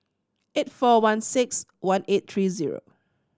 eight four one six one eight three zero